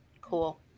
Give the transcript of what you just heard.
cool